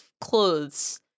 clothes